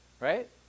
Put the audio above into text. Right